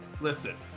Listen